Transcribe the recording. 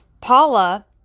Paula